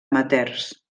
amateurs